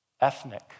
ethnic